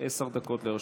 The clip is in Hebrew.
עשר דקות לרשותך.